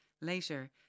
Later